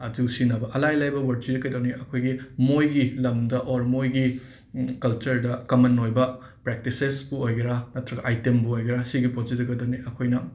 ꯑꯗꯨ ꯁꯤꯖꯤꯟꯅꯕ ꯑꯂꯥꯏ ꯑꯂꯥꯏꯕ ꯋꯔꯠꯆꯤ ꯀꯩꯗꯧꯅꯤ ꯑꯩꯈꯣꯏꯒꯤ ꯃꯣꯏꯒꯤ ꯂꯝꯗ ꯑꯣꯔ ꯃꯣꯏꯒꯤ ꯀꯜꯆꯔꯗ ꯀꯃꯟ ꯑꯣꯏꯕ ꯄ꯭ꯔꯛꯇꯤꯁꯦꯁꯄꯨ ꯑꯣꯏꯒꯦꯔꯥ ꯅꯠꯇ꯭ꯔꯒ ꯑꯩꯇꯦꯝꯕꯨ ꯑꯣꯏꯒꯦꯔꯥ ꯁꯤꯒꯤ ꯄꯣꯠꯁꯤꯗ ꯈꯛꯇꯅꯦ ꯑꯩꯈꯣꯏꯅ